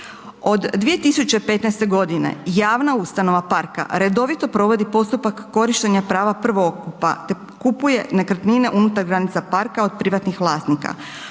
Od 2015. g. javna ustanova parka redovito provodit postupak korištenja prava prvokupa te kupuje nekretnine unutar granica od privatnih vlasnika.